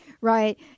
Right